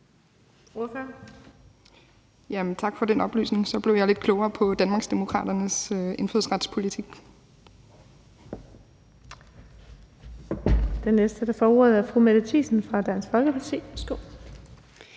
Tak for den oplysning. Så blev jeg lidt klogere på Danmarksdemokraternes indfødsretspolitik.